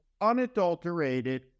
unadulterated